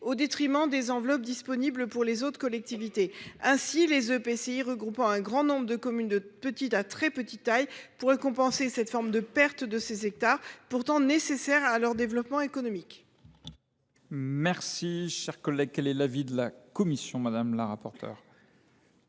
au détriment des enveloppes disponibles pour les autres collectivités. Ainsi les EPCI regroupant un grand nombre de communes de petite ou très petite taille pourraient ils compenser la « perte » de ces hectares, pourtant nécessaires à leur développement économique. Quel est l’avis de la commission ? Cet amendement